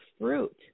fruit